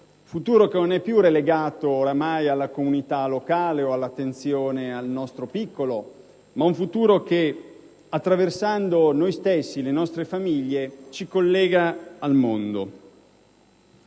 futuro che non è più relegato ormai alla comunità locale o all'attenzione al nostro piccolo, ma ad un futuro che attraversando noi stessi e le nostre famiglie ci collega al mondo.